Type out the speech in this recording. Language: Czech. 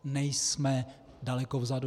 Nejsme daleko vzadu.